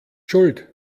schuld